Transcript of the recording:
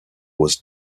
was